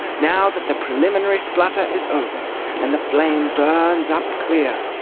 now that the preliminary splutter is over and the flame burns up clear,